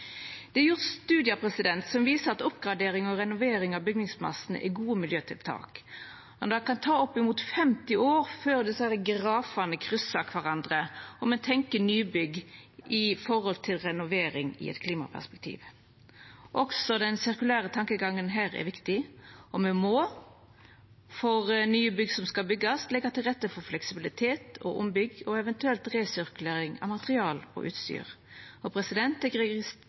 renovering av bygningsmassen er gode miljøtiltak. Det kan ta opp imot 50 år før ein ser grafane kryssa kvarandre om ein tenkjer nybygg i forhold til renovering i eit klimaperspektiv. Også den sirkulære tankegangen her er viktig, og me må for nye bygg som skal byggjast, leggja til rette for fleksibilitet og ombygging og eventuelt resirkulering av materiale og utstyr. Eg registrerer at det